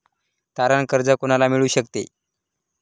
तारण कर्ज कोणाला मिळू शकते?